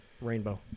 Rainbow